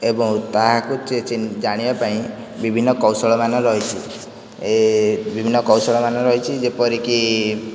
ଏବଂ ତାହାକୁ ଚି ଜାଣିବା ପାଇଁ ବିଭିନ୍ନ କୌଶଳମାନ ରହିଛି ଏ ବିଭିନ୍ନ କୌଶଳମାନ ରହିଛି ଯେପରିକି